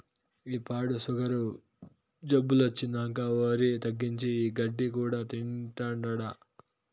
ఈ పాడు సుగరు జబ్బొచ్చినంకా ఒరి తగ్గించి, ఈ గడ్డి కూడా తింటాండా